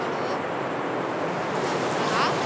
hello அப்தா ஹோட்டலா